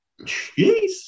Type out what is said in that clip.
Jeez